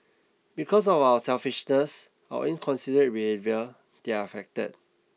because of our selfishness our inconsiderate behaviour they're affected